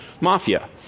mafia